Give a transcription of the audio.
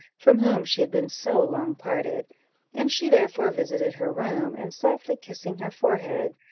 from whom she had been so long parted and she therefore visited her room, and, softly kissing her forehead,